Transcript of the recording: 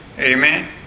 Amen